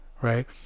Right